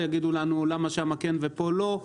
יגידו לנו: למה שם כן ופה לא.